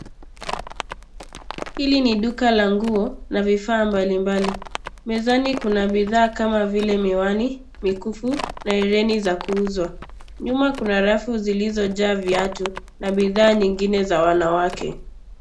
Hili ni duka la nguo na vifaa mbalimbali. Mezani kuna bidhaa kama vile miwani, mikufu na herini za kuuzwa. Nyuma kuna rafu zilizojaa viatu na bidhaa nyengine za wanawake.